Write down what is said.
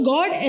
God